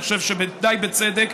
אני חושב שדי בצדק,